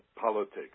politics